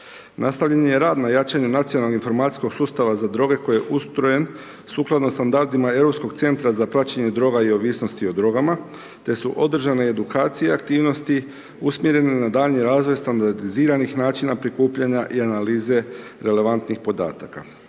Nastavljen je i rad na jačanju nacionalnog informacijskog sustava za droge koji je ustrojen sukladno standardima Europskog centra za praćenje droga i ovisnosti o drogama te su održane i edukacije aktivnosti usmjerene na daljnji razvoj standardiziranih načina prikupljanja i analize relevantnih podataka.